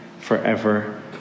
forever